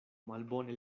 malbone